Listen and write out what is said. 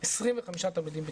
25 תלמידים לכיתה.